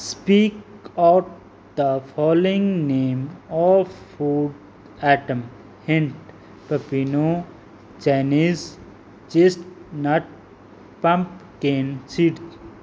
speak out the following name of food item hint ਤਪਿਨੋ Chinese cheese nut pumpkin seeds